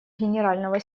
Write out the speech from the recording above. генерального